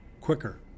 quicker